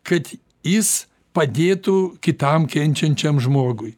kad jis padėtų kitam kenčiančiam žmogui